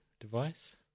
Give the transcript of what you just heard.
device